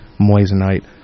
Moissanite